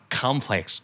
complex